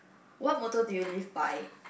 what motto do you live by